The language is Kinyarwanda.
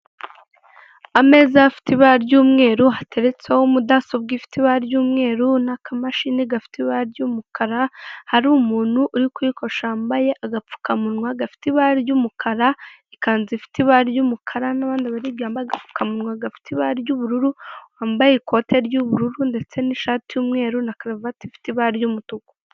Ameza afite ibara ry'umweru hateretseho mudasobwa ifite ibara ry'umweru n'akamashini gafite ibara ry'umukara hari umuntu uri kuyikoresha wambaye agapfukamunwa gafite ibara ry'umukara, ikanzu ifite ibara ry'umukara n'abandi bari hirya bambaye agapfukamunwa gafite ibara ry'ubururu wambaye ikote ry'ubururu ndetse n'ishati y'umweru na karuvate ifite ibara ry'umutuku.